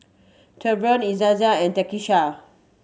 Treyvon Izayah and Takisha